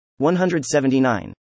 179